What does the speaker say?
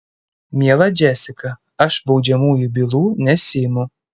miela džesika aš baudžiamųjų bylų nesiimu